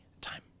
time